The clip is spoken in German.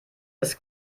ist